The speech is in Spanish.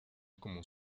como